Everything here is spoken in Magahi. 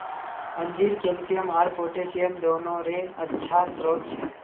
अंजीर कैल्शियम आर पोटेशियम दोनोंरे अच्छा स्रोत छे